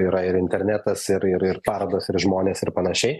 yra ir internetas ir ir ir parodos ir žmonės ir panašiai